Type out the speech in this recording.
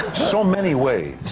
so many ways!